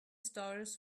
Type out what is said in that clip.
stories